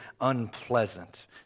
unpleasant